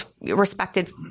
respected